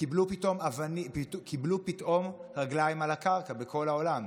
קיבלו פתאום רגליים על הקרקע בכל העולם.